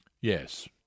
Yes